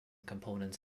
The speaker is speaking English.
component